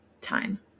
time